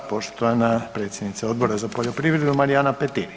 Poštovana predsjednica Odbora za poljoprivredu Marijana Petir.